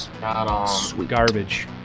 Garbage